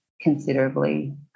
considerably